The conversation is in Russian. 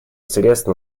средств